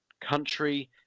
country